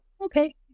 okay